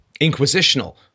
inquisitional